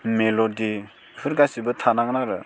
melody बेफोर गासिबो थानांगोन आरो